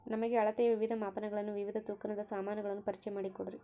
ನಮಗೆ ಅಳತೆಯ ವಿವಿಧ ಮಾಪನಗಳನ್ನು ವಿವಿಧ ತೂಕದ ಸಾಮಾನುಗಳನ್ನು ಪರಿಚಯ ಮಾಡಿಕೊಡ್ರಿ?